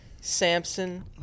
Samson